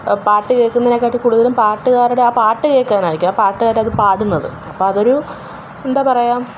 ഇപ്പോള് പാട്ട് കേള്ക്കുന്നതിനേക്കാളും കൂടുതല് പാട്ടുകാരുടെ ആ പാട്ട് കേള്ക്കാനായിരിക്കും ആ പാട്ടുകാരായിരിക്കും ആ പാടുന്നത് അതൊരു എന്താപറയാ